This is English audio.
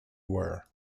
were